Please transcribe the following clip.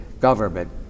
government